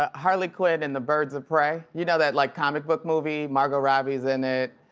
ah harley quinn and the birds of prey. you know, that like comic book movie? margot robbie's in it.